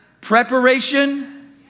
Preparation